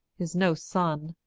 is no son,